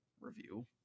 review